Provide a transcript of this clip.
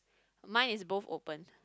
mine is both open